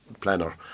planner